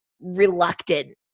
reluctant